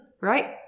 right